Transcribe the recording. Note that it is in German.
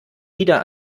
wieder